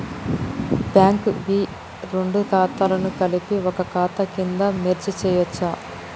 Bank వి రెండు ఖాతాలను కలిపి ఒక ఖాతా కింద మెర్జ్ చేయచ్చా?